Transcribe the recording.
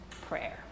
prayer